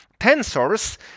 Tensors